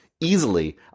easily